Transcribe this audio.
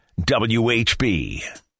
WHB